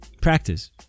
practice